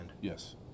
yes